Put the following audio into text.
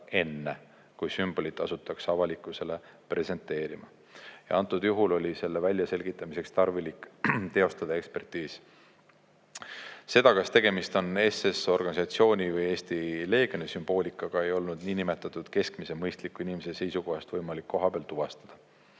kui sümbolit asutakse avalikkusele presenteerima. Antud juhul oli selle väljaselgitamiseks tarvilik teostada ekspertiis. Seda, kas tegemist on SS-organisatsiooni või Eesti Leegioni sümboolikaga, ei olnud niinimetatud keskmise mõistliku inimese seisukohast võimalik kohapeal tuvastada.